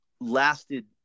lasted